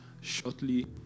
shortly